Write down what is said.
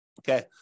Okay